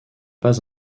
pas